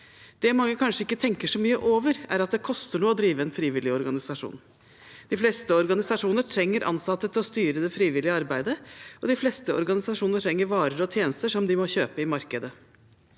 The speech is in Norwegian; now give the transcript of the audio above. Det mange kanskje ikke tenker så mye over, er at det koster noe å drive en frivillig organisasjon. De fleste organisasjoner trenger ansatte til å styre det frivillige arbeidet, og de fleste organisasjoner trenger varer og tjenester som de må kjøpe i markedet.